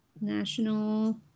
National